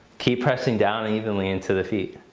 keep pressing down evenly into the feet.